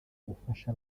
ufasha